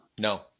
No